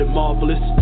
marvelous